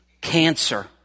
cancer